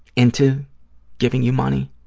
into giving you money?